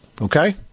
Okay